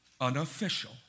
unofficial